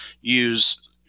Use